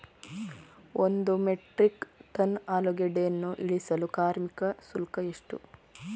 ಒಂದು metric tonne ಆಲೂಗೆಡ್ಡೆಯನ್ನು ಇಳಿಸಲು ಕಾರ್ಮಿಕ ಶುಲ್ಕ ಎಷ್ಟು?